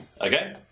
Okay